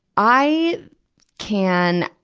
i can,